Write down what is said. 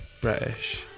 British